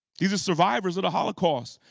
these are survivors of the holocaust.